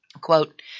Quote